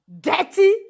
dirty